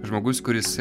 žmogus kuris